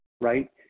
right